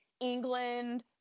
England